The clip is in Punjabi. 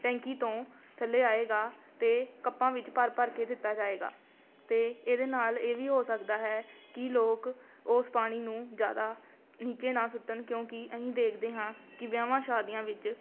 ਟੈਂਕੀ ਤੋਂ ਥੱਲੇ ਆਏਗਾ ਅਤੇ ਕੱਪਾਂ ਵਿੱਚ ਭਰ ਭਰ ਕੇ ਦਿੱਤਾ ਜਾਵੇਗਾ ਅਤੇ ਇਹਦੇ ਨਾਲ਼ ਇਹ ਵੀ ਹੋ ਸਕਦਾ ਹੈ ਕਿ ਲੋਕ ਉਸ ਪਾਣੀ ਨੂੰ ਜ਼ਿਆਦਾ ਨੀਚੇ ਨਾ ਸੁੱਟਣ ਕਿਉਂਕਿ ਅਸੀਂ ਦੇਖਦੇ ਹਾਂ ਕਿ ਵਿਆਹਾਂ ਸ਼ਾਦੀਆਂ ਵਿੱਚ